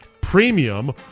premium